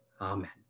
Amen